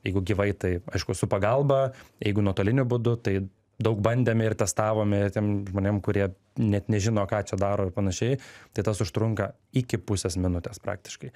jeigu gyvai tai aišku su pagalba jeigu nuotoliniu būdu tai daug bandėme ir testavome tiem žmonėm kurie net nežino ką čia daro ir panašiai tai tas užtrunka iki pusės minutės praktiškai